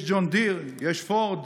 יש ג'ון דיר, יש פורד,